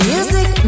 Music